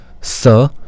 Sir